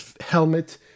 helmet